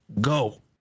go